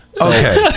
okay